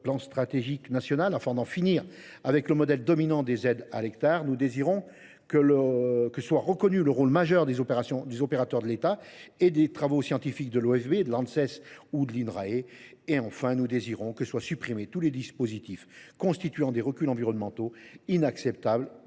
plan stratégique national (PSN), afin d’en finir avec le modèle dominant des aides à l’hectare. Nous désirons que soient reconnus le rôle majeur des opérateurs de l’État et les travaux scientifiques de l’OFB, de l’Anses ou de l’Inrae. Nous désirons que soient supprimés tous les dispositifs constituant des reculs environnementaux inacceptables